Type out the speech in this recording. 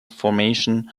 formation